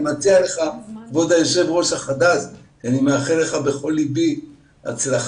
אני מציע לך כבוד היושב ראש החדש ואני מאחל לך בכל לבי הצלחה,